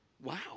wow